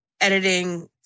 editing